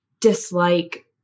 dislike